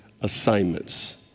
assignments